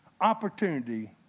opportunity